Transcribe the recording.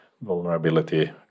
vulnerability